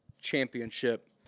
championship